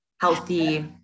healthy